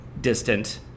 distant